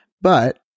but-